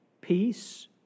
peace